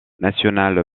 national